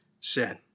sin